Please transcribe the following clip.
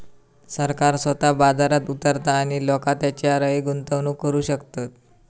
सरकार स्वतः बाजारात उतारता आणि लोका तेच्यारय गुंतवणूक करू शकतत